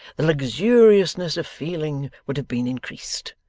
the luxuriousness of feeling would have been increased.